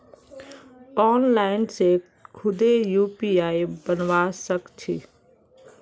online से खुदे UPI बनवा सक छी